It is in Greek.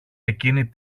εκείνη